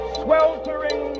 sweltering